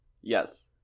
yes